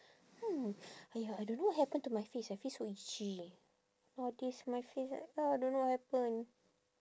hmm !aiya! I don't know what happen to my face my face so itchy nowadays my face like ah don't know what happen